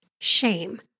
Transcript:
shame